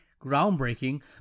groundbreaking